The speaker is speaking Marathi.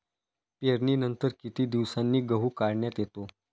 पेरणीनंतर किती दिवसांनी गहू काढण्यात येतो?